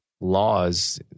laws